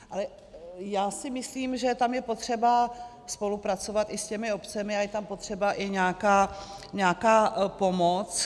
Ale já si myslím, že tam je potřeba spolupracovat i s těmi obcemi a je tam potřeba i nějaká pomoc.